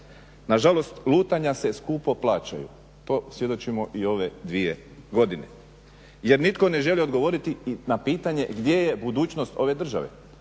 Nažalost, lutanja se skupo plaćaju. To svjedočimo i ove dvije godine jer nitko ne želi odgovoriti na pitanje gdje je budućnost ove države.